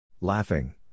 Laughing